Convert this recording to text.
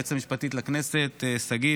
ליועצת המשפטית לכנסת שגית,